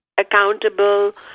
accountable